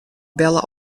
belle